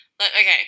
okay